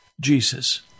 Jesus